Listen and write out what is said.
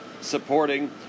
supporting